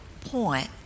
point